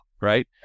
right